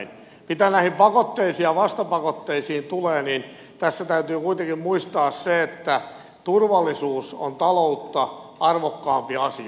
mitä näihin pakotteisiin ja vastapakotteisiin tulee niin tässä täytyy kuitenkin muistaa se että turvallisuus on taloutta arvokkaampi asia